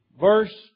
verse